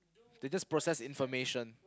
they just process information